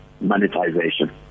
monetization